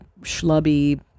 schlubby